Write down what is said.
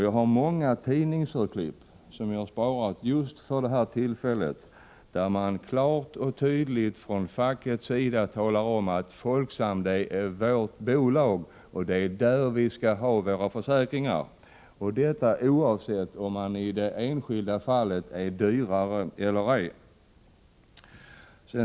Jag har många tidningsurklipp, som jag har sparat just för det här tillfället, där man från fackets sida klart talar om att Folksam är ”vårt bolag” och att det är där medlemmarna skall ha sina försäkringar, detta oavsett om man i det enskilda fallet är dyrare eller ej.